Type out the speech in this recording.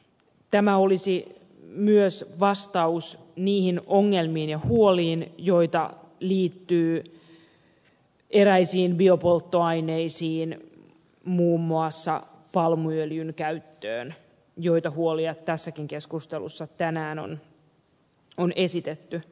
tämä olisi myös vastaus niihin ongelmiin ja huoliin joita liittyy eräisiin biopolttoaineisiin muun muassa palmuöljyn käyttöön joita huolia tässäkin keskustelussa tänään on esitetty